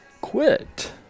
quit